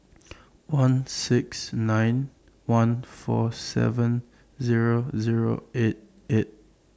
one six nine one four seven Zero Zero eight eight